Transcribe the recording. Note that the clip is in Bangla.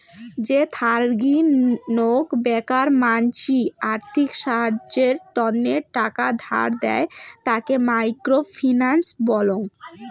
যে থারিগী নক বেকার মানসি আর্থিক সাহায্যের তন্ন টাকা ধার দেয়, তাকে মাইক্রো ফিন্যান্স বলং